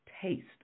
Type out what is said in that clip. taste